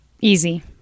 Easy